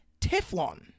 Teflon